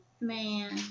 Man